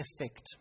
effect